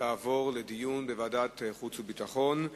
תעבורנה לדיון בוועדת החוץ והביטחון.